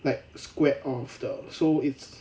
like squared off 的 so it's